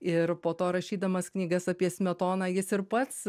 ir po to rašydamas knygas apie smetoną jis ir pats